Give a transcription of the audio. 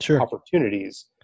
opportunities